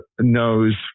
knows